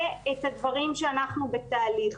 ואת הדברים שאנחנו בתהליך.